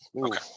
okay